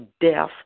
death